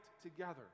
together